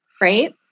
right